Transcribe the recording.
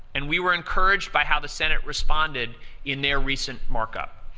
and we were encouraged by how the senate responded in their recent mark-up.